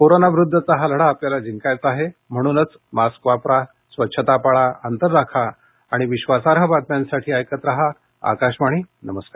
corona विरुद्धचा हा लढा आपल्याला जिंकायचा आहे म्हणूनच मास्क वापरा स्वच्छता पाळा अंतर राखा आणि विश्वासार्ह बातम्यांसाठी ऐकत रहा आकाशवाणी नमस्कार